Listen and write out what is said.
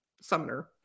summoner